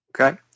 Okay